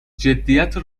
جدیدت